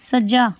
ਸੱਜਾ